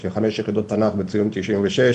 יש לי חמש יחידות תנ"ך בציון 96,